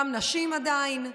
גם נשים, עדיין,